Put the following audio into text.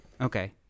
Okay